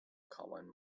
colin